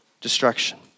destruction